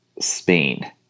Spain